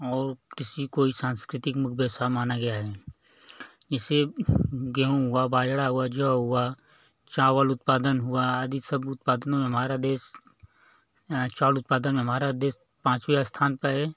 और कृषि को ही सांस्कृतिक मुख्य व्यवसाय माना गया है जैसे गेहूँ हुआ बाजरा हुआ जौ हुआ चावल उत्पादन हुआ आदि सब उत्पादनों में हमारा देश चावल उत्पादन में हमारा देश पाँचवे स्थान पर है